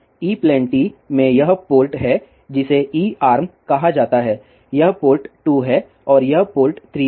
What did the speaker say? ई plane T में यह port एक है जिसे ई आर्म कहा जाता है यह पोर्ट 2 है और यह पोर्ट 3 है